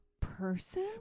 person